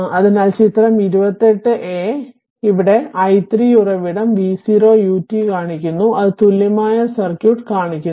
അതിനാൽ ചിത്രം 28 a ഒരു i 3 ഉറവിടം v0 u t കാണിക്കുന്നു അത് തുല്യമായ സർക്യൂട്ട് കാണിക്കുന്നു